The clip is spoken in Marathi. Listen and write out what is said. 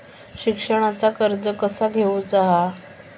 शिक्षणाचा कर्ज कसा घेऊचा हा?